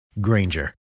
Granger